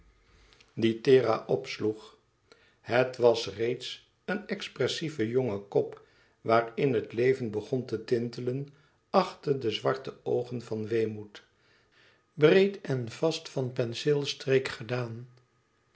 thera opsloeg het was reeds een expressieve jonge kop waarin het leven begon te tintelen achter de zwarte oogen van weemoed breed en vast van penseelstreek gedaan